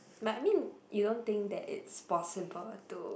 but I mean you don't think that it's possible to